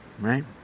right